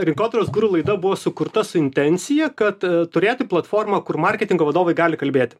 rinkodaros guru laida buvo sukurta su intencija kad turėti platformą kur marketingo vadovai gali kalbėti